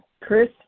Chris